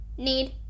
Need